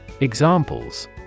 Examples